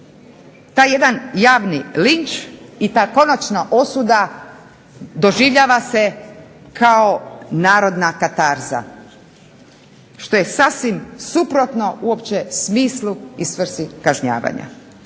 taj jedan javni linč i ta konačna osuda doživljava se kao narodna katarza. Što je sasvim suprotno, uopće smislu i svrsi kažnjavanja.